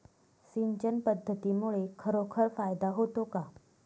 सिंचन पद्धतीमुळे खरोखर फायदा होतो का?